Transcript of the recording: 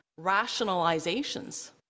Rationalizations